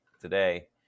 today